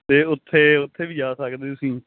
ਤੇ ਉੱਥੇ ਉੱਥੇ ਵੀ ਜਾ ਸਕਦੇ ਤੁਸੀਂ